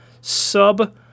sub